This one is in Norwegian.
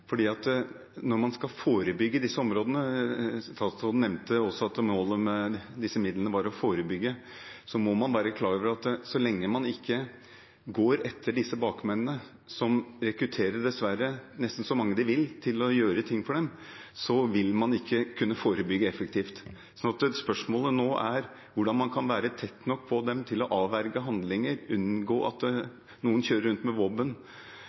Når man skal forebygge på disse områdene – statsråden nevnte at målet med disse midlene også var å forebygge – må man være klar over at så lenge man ikke går etter bakmennene, som dessverre rekrutterer nesten så mange som de vil til å gjøre ting for seg, vil man ikke kunne forebygge effektivt. Så spørsmålet nå er hvordan man kan være tett nok på dem til å avverge handlinger, unngå at de kriminelle kjører rundt med våpen,